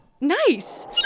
Nice